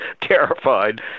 terrified